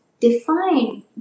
define